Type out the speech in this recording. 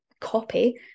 Copy